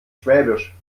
schwäbisch